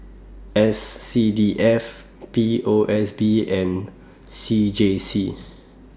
S C D F P O S B and C J C